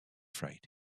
fright